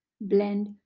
Blend